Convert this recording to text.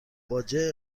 باجه